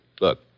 Look